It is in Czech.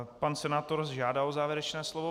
Pan senátor žádá o závěrečné slovo.